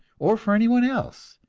or for any one else.